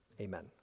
Amen